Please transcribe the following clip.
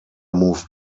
moved